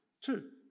Two